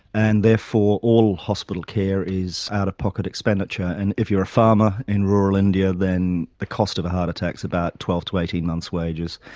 and therefore all hospital care is out-of-pocket expenditure. and if you're a farmer in rural india then the cost of a heart attack is about twelve to eighteen months wages.